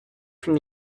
from